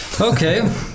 Okay